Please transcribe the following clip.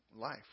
life